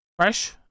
Fresh